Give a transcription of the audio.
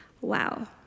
Wow